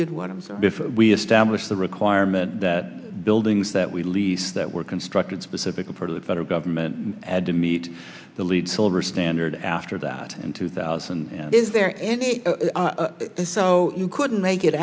did what i'm saying before we established the requirement that buildings that we lease that were constructed specifically part of the federal government to meet the lead silver standard after that in two thousand is there any so you couldn't make it